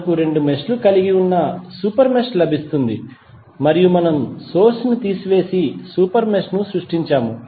మనకు రెండు మెష్ లు కలిగి ఉన్న సూపర్ మెష్ లభిస్తుంది మరియు మనము సోర్స్ ని తీసివేసి సూపర్ మెష్ ను సృష్టించాము